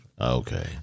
Okay